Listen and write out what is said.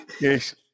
Yes